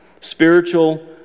Spiritual